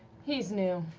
he's new.